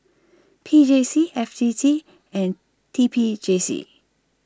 P J C F T T and T P J C